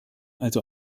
also